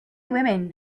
women